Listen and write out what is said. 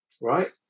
Right